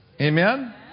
Amen